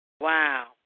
Wow